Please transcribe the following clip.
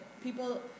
people